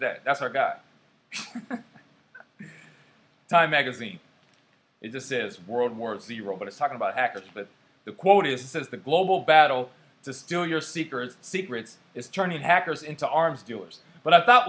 that that's our guy time magazine is this is world war it's the robot it's talking about hackers but the quote is says the global battle to steal your secrets secrets is turning hackers into arms dealers but i thought